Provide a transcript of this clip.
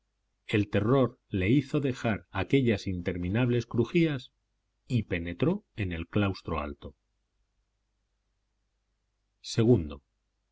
el terror le hizo dejar aquellas interminables crujías y penetró en el claustro alto